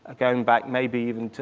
ah going back maybe even to,